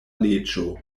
leĝo